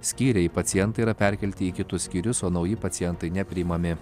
skyriai pacientai yra perkelti į kitus skyrius o nauji pacientai nepriimami